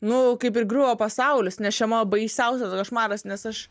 nu kaip ir griuvo pasaulis nes čia mano baisiausias košmaras nes aš